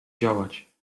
działać